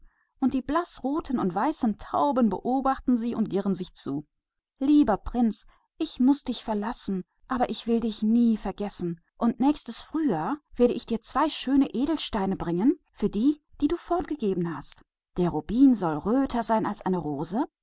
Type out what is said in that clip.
und die weiß und rotgefiederten tauben schauen ihnen zu und girren lieber prinz ich muß dich verlassen aber ich will dich nie vergessen und im nächsten frühling bringe ich dir zwei schöne edelsteine wieder für die die du weggegeben hast der rubin soll röter sein als eine rote rose